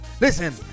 Listen